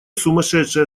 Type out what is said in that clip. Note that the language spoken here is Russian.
сумасшедшая